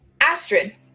Astrid